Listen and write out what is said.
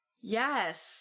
Yes